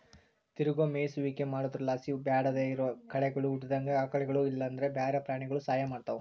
ತಿರುಗೋ ಮೇಯಿಸುವಿಕೆ ಮಾಡೊದ್ರುಲಾಸಿ ಬ್ಯಾಡದೇ ಇರೋ ಕಳೆಗುಳು ಹುಟ್ಟುದಂಗ ಆಕಳುಗುಳು ಇಲ್ಲಂದ್ರ ಬ್ಯಾರೆ ಪ್ರಾಣಿಗುಳು ಸಹಾಯ ಮಾಡ್ತವ